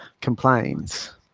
complains